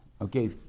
okay